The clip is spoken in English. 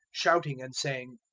shouting and saying,